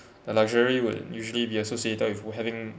the luxury will usually be associated with having